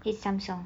it's samsung